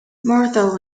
martha